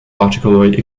particularly